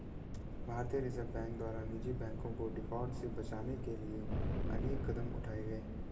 भारतीय reserve bank द्वारा निजी बैंकों को डिफॉल्ट से बचाने के लिए अनेक कदम उठाए गए